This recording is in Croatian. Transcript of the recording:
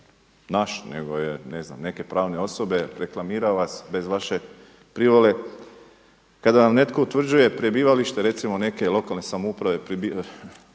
znam neke pravne osobe, reklamira vas bez vaše privole. Kada vam netko utvrđuje prebivalište, recimo, neke lokalne samouprave